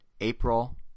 April